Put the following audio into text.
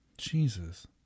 Jesus